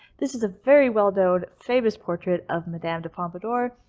this is a very well-known, famous portrait of madame de pompadour,